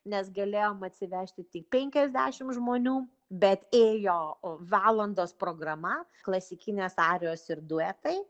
nes galėjom atsivežti tik penkiasdešimt žmonių bet ėjo valandos programa klasikinės arijos ir duetai